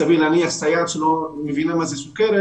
סביר להניח שסייעת שלא מבינה מה זה סוכרת